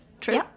True